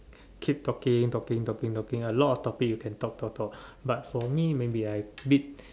keep talking talking talking talking a lot topic you can talk talk talk but for me maybe I weak